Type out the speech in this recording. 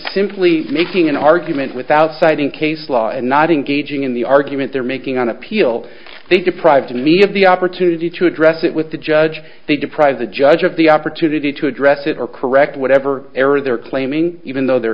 simply making an argument without citing case law and not engaging in the argument they're making on appeal they deprived me of the opportunity to address it with the judge they deprive the judge of the opportunity to address it or correct whatever error they're claiming even though there